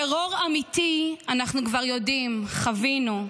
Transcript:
טרור אמיתי אנחנו כבר יודעים, חווינו.